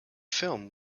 film